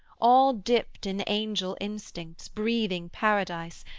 all dipt in angel instincts, breathing paradise,